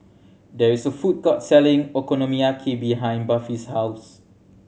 there is a food court selling Okonomiyaki behind Buffy's house